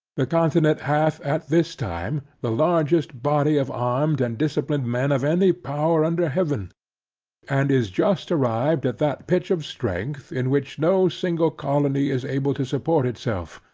the continent hath, at this time, the largest body of armed and disciplined men of any power under heaven and is just arrived at that pitch of strength, in which, no single colony is able to support itself,